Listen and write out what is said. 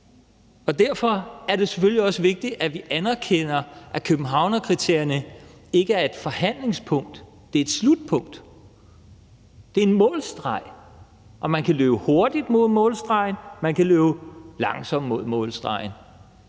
Derfor er det selvfølgelig også vigtigt, at vi anerkender, at Københavnskriterierne ikke er et forhandlingspunkt, men at det er et slutpunkt. Det er en målstreg, og man kan løbe hurtigt mod målstregen, eller man kan løbe langsomt med målstregen.